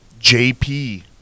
JP